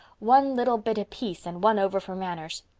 one little bit apiece and one over for manners.